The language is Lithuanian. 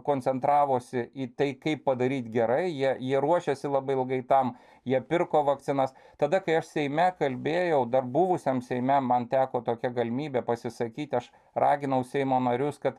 koncentravosi į tai kaip padaryti gerai jie jie ruošėsi labai ilgai tam jie pirko vakcinas tada kai aš seime kalbėjau dar buvusiam seime man teko tokia galimybė pasisakyti aš raginau seimo narius kad